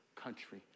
country